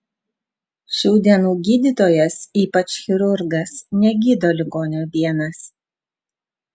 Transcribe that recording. šių dienų gydytojas ypač chirurgas negydo ligonio vienas